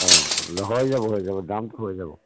অঁ হৈ যাব হৈ যাব দামটো হৈ যাব